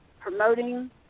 promoting